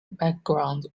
background